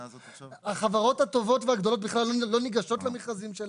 החברות הטובות והגדולות בכלל לא ניגשות למכרזים שלהם.